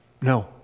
No